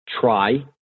try